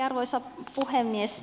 arvoisa puhemies